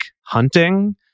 hunting